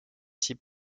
six